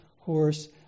horse